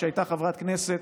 כשהייתה חברת כנסת.